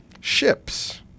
ships